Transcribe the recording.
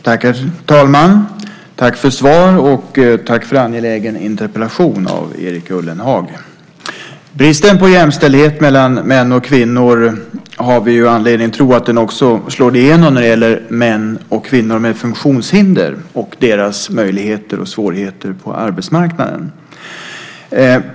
Herr talman! Jag vill tacka för svaret och även tacka för en angelägen interpellation av Erik Ullenhag. Vi har anledning att tro att bristen på jämställdhet mellan män och kvinnor också slår igenom när det gäller män och kvinnor med funktionshinder och deras möjligheter och svårigheter på arbetsmarknaden.